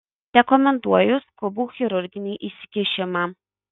rekomenduoju skubų chirurginį įsikišimą